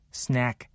snack